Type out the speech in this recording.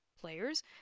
players